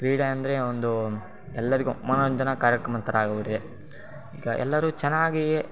ಕ್ರೀಡೆ ಅಂದರೆ ಒಂದು ಎಲ್ಲರಿಗೂ ಮನೋರಂಜನಾ ಕಾರ್ಯಕ್ರಮದ ಥರ ಆಗ್ಬಿಟ್ಟಿದೆ ಈಗ ಎಲ್ಲರೂ ಚೆನ್ನಾಗಿಯೇ